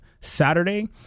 Saturday